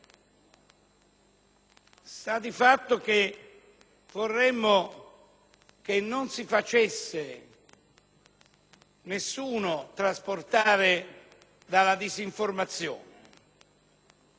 Sta di fatto che vorremmo che nessuno si facesse trasportare dalla disinformazione.